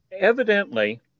evidently